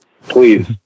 please